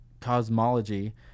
cosmology